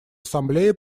ассамблея